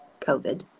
COVID